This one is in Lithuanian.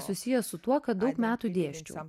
susiję su tuo kad daug metų dėsčiau